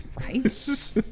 Right